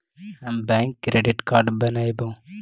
हम bank credit card बनैवो?